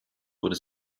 wurde